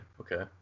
okay